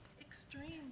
Extreme